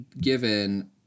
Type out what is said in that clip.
given